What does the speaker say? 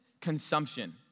consumption